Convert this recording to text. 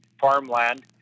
farmland